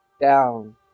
down